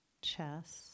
chest